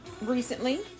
recently